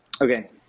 Okay